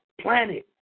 planet